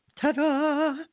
ta-da